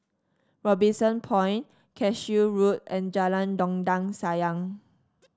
Robinson Point Cashew Road and Jalan Dondang Sayang